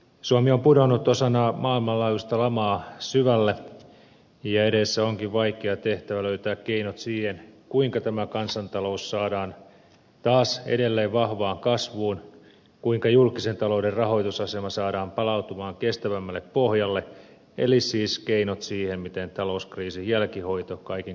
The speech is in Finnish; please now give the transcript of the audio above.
suomi on pudonnut osana maailmanlaajuista lamaa syvälle ja edessä onkin vaikea tehtävä löytää keinot siihen kuinka tämä kansantalous saadaan taas edelleen vahvaan kasvuun kuinka julkisen talouden rahoitusasema saadaan palautumaan kestävämmälle pohjalle eli kuinka löydetään siis keinot siihen miten talouskriisin jälkihoito kaiken kaikkiaan hoidetaan